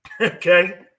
okay